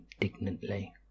indignantly